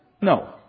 No